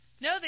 No